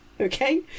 okay